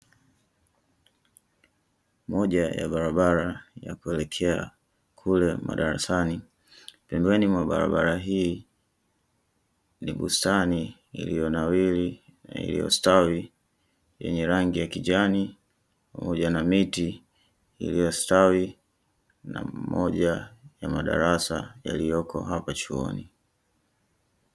Moja ya barabara ya kuelekea kule madarasani, pembeni mwa barabara hii ni bustani, iliyonawiri na iliyostawi, yenye rangi ya kijani, pamoja na miti iliyostawi, na moja ya madarasa yaliyopo hapa chuoni.